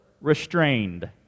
restrained